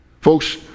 Folks